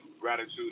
gratitude